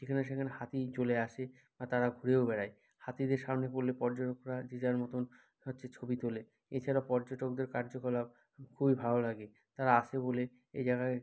যেখানে সেখানে হাতি চলে আসে আর তারা ঘুরেও বেড়ায় হাতিদের সামনে পড়লে পর্যটকরা যে যার মতোন হচ্ছে ছবি তোলে এছাড়া পর্যটকদের কার্যকলাপ খুবই ভালো লাগে তারা আসে বলে এ জায়গায়